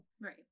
Right